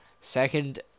second